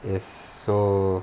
yes so